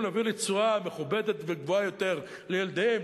להביא לתשואה מכובדת וגבוהה יותר לילדיהם,